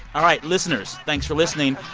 all right, listeners, thanks for listening.